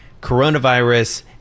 coronavirus